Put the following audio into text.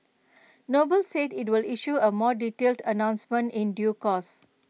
noble said IT will issue A more detailed announcement in due course